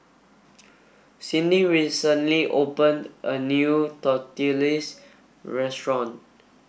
Cyndi recently open a new Tortillas restaurant